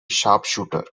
sharpshooter